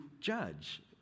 judge